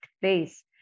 place